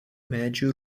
medžių